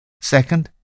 second